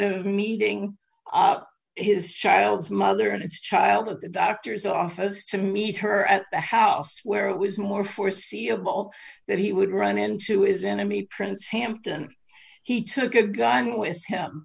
of meeting his child's mother and his child at the doctor's office to meet her at the house where it was more foreseeable that he would run into is enemy prince hampton he took a gun with him